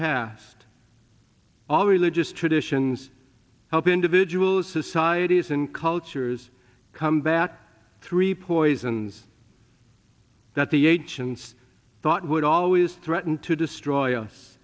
past all religious traditions help individuals societies and cultures come back three poisons that the ancients thought would always threatened to destroy us